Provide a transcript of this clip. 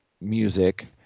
music